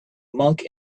monk